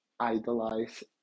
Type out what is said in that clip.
idealize